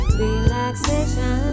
relaxation